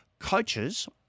Coaches